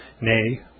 nay